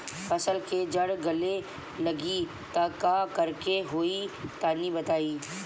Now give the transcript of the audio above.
फसल के जड़ गले लागि त का करेके होई तनि बताई?